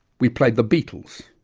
we played the beatles,